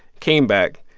came back,